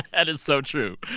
and is so true.